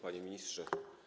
Panie Ministrze!